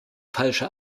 falsche